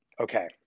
okay